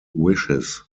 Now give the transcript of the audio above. wishes